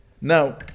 Now